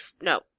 no